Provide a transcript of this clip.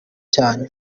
cyanyu